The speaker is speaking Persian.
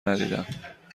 ندیدم